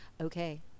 okay